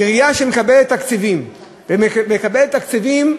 עירייה שמקבלת תקציבים, ומקבלת תקציבים